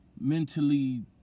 mentally